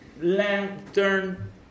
lantern